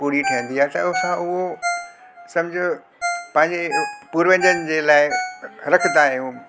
पूरी ठहींदी आहे त असां उहो सम्झो पंहिंजे पूर्वजनि जे लाइ रखंदा आहियूं